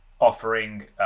offering